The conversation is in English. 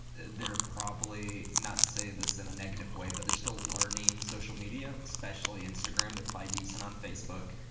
they're probably not to say this in a negative way but they're still learning social media, especially instagram. they're probably decent on facebook.